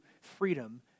freedom